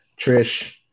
Trish